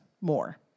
more